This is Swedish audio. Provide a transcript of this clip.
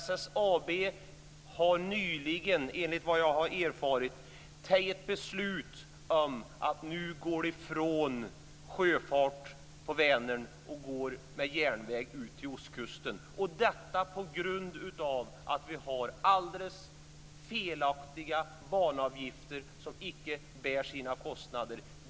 SSAB har nyligen, enligt vad jag har erfarit, tagit beslut om att nu gå ifrån sjöfart på Vänern för att gå över till transport med järnväg ut till ostkusten - detta på grund av att vi har alldeles felaktiga banavgifter som icke bär kostnaderna.